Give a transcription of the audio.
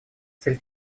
цель